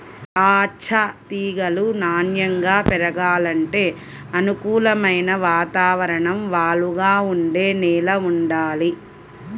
దాచ్చా తీగలు నాన్నెంగా పెరగాలంటే అనుకూలమైన వాతావరణం, వాలుగా ఉండే నేల వుండాలి